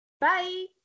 Bye